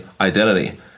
identity